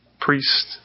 priest